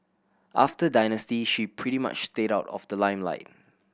after Dynasty she pretty much stayed out of the limelight